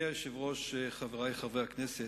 אדוני היושב-ראש, חברי חברי הכנסת,